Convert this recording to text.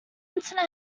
internet